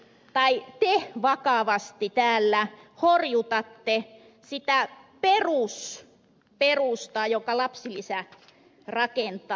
nyt te vakavasti täällä horjutatte sitä perusperustaa jonka lapsilisä rakentaa